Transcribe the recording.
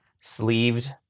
sleeved